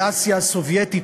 מאסיה הסובייטית,